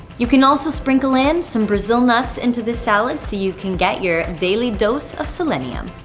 you can also sprinkle in some brazil nuts into the salad so you can get your daily dose of selenium.